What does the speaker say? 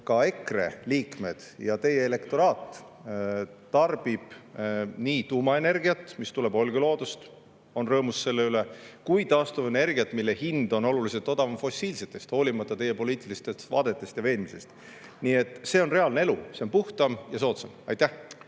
ka EKRE liikmed ja teie elektoraat tarbib nii tuumaenergiat, mis tuleb Olkiluotost, on rõõmus selle üle, kui ka taastuvenergiat, mille hind on oluliselt odavam fossiilsest, hoolimata teie poliitilistest vaadetest ja veendumustest. See on reaalne elu, see on puhtam ja soodsam. Aitäh!